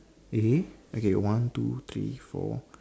okay one two three four